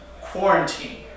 quarantine